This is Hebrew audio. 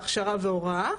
הכשרה והוראה,